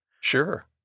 Sure